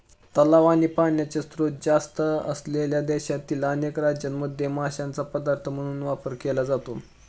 तलाव आणि पाण्याचे स्त्रोत जास्त असलेल्या देशातील अनेक राज्यांमध्ये माशांचा पदार्थ म्हणून वापर केला जातो